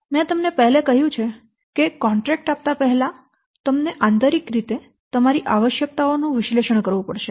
મેં તમને પહેલે કહ્યું કે કોન્ટ્રેક્ટ આપતા પહેલા તમને આંતરિક રીતે તમારી આવશ્યકતાઓ નું વિશ્લેષણ કરવું પડશે